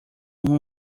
uma